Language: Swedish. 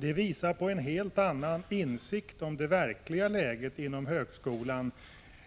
Det visar på en helt annan insikt om det verkliga läget inom högskolan